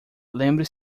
lembre